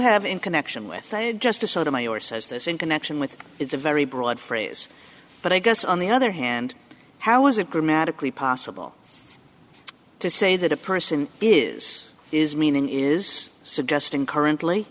have in connection with justice sotomayor says this in connection with it's a very broad phrase but i guess on the other hand how is it grammatically possible to say that a person is is meaning is suggesting currently